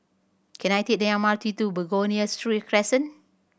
can I take the M R T to Begonia Street Crescent